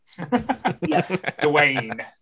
Dwayne